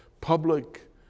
public